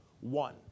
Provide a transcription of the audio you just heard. one